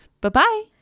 Bye-bye